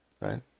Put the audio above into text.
right